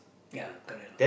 ya correct lah